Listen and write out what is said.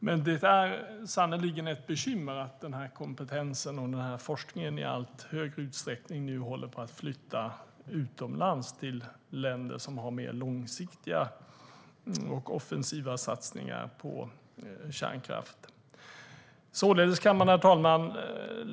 Men det är sannerligen ett bekymmer att den kompetensen och forskningen i allt större utsträckning nu håller på att flytta utomlands till länder som har mer långsiktiga och offensiva satsningar på kärnkraften. Herr talman!